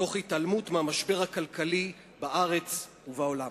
תוך התעלמות מהמשבר הכלכלי בארץ ובעולם.